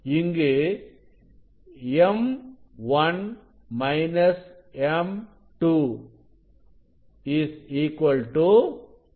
இங்கு m 1 m 2 9